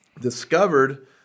discovered